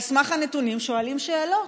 על סמך הנתונים שואלים שאלות,